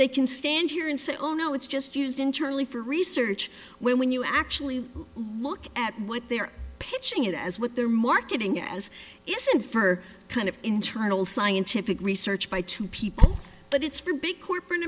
they can stand here and say oh no it's just used internally for research when you actually look at what they're pitching it as what they're marketing as if infer kind of internal scientific research by two people but it's for big corporate